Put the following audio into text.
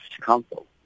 council